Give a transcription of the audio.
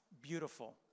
Beautiful